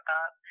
up